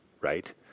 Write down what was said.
right